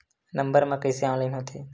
Number मा कइसे online होथे?